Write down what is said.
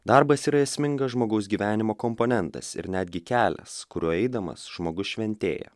darbas yra esmingas žmogaus gyvenimo komponentas ir netgi kelias kuriuo eidamas žmogus šventėja